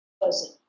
person